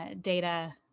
data